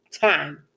time